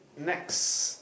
next